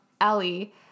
Ellie